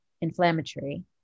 inflammatory